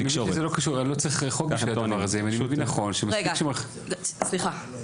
רגע, סליחה.